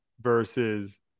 versus